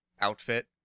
outfit